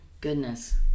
Goodness